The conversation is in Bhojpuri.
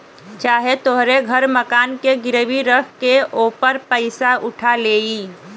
चाहे तोहरे घर मकान के गिरवी रख के ओपर पइसा उठा लेई